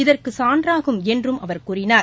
இதற்கு சான்றாகும் என்றும் அவர் கூறினார்